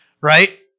Right